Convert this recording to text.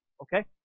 Okay